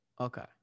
Okay